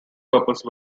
purpose